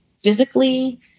physically